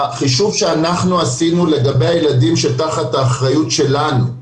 החישוב שאנחנו עשינו לגבי הילדים שתחת האחריות שלנו,